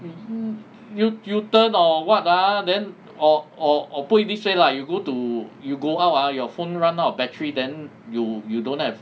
U U turn or what ah then or or put it this way lah you go to you go out ah your phone run out of battery then you you don't have